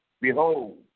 behold